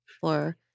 for-